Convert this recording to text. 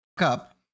up